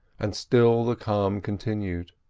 and still the calm continued.